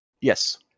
Yes